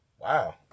Wow